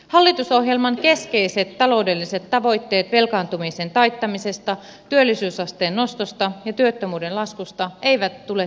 hallitusohjelman keskeiset taloudelliset tavoitteet velkaantumisen taittamisesta työllisyysasteen nostosta ja työttömyyden laskusta eivät tule toteutumaan